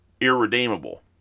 irredeemable